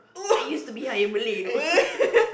I used to be you know